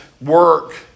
work